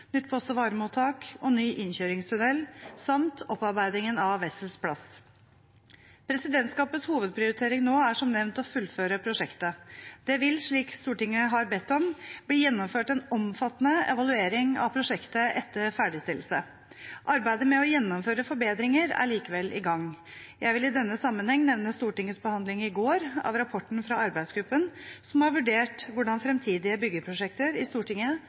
nytt post- og varemottak og ny innkjøringstunnel samt opparbeidingen av Wessels plass. Presidentskapets hovedprioritering nå er som nevnt å fullføre prosjektet. Det vil, slik Stortinget har bedt om, bli gjennomført en omfattende evaluering av prosjektet etter ferdigstillelse. Arbeidet med å gjennomføre forbedringer er likevel i gang. Jeg vil i denne sammenheng nevne Stortingets behandling i går av rapporten fra arbeidsgruppen som har vurdert hvordan fremtidige byggeprosjekter i Stortinget